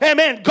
Amen